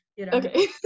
okay